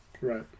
right